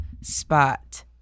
spot